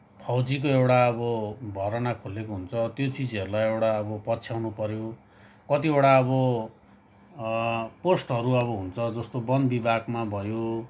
फौजीको एउटा अब भर्ना खोलिएको हुन्छ त्यो चिजहरूलाई एउटा अब पछ्याउनु पऱ्यो कतिवटा अब पोस्टहरू अब हुन्छ जस्तो वन विभागमा भयो